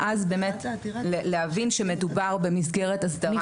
ואז באמת להבין שמדובר במסגרת הסדרה ---.